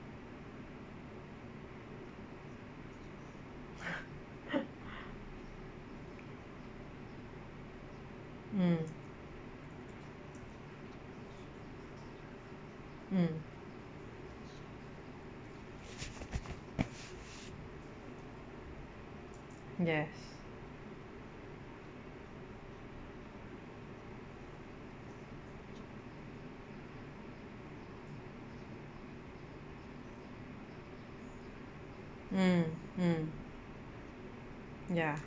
mm mm yes mm mm ya